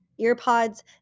earpods